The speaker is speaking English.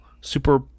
super